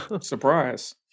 Surprise